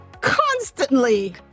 constantly